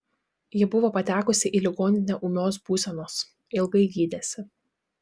ji buvo patekusi į ligoninę ūmios būsenos ilgai gydėsi